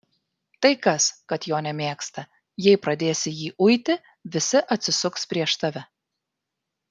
tai kas kad jo nemėgsta jei pradėsi jį uiti visi atsisuks prieš tave